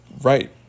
right